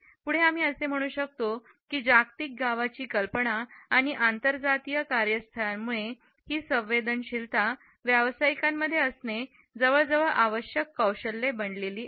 पुढे आम्ही असे म्हणू शकतो की जागतिक गावची कल्पना आणि आंतरजातीय कार्यस्थळांमुळे ही संवेदनशीलता व्यावसायिकांमध्ये असणे जवळजवळ आवश्यक कौशल्य बनली आहे